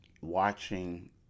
watching